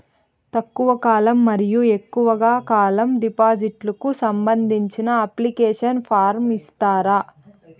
తక్కువ కాలం మరియు ఎక్కువగా కాలం డిపాజిట్లు కు సంబంధించిన అప్లికేషన్ ఫార్మ్ ఇస్తారా?